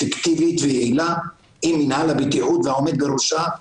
אפקטיבית ויעילה עם מינהל הבטיחות והעומד בראשה,